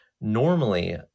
normally